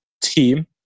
team